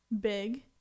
big